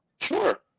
Sure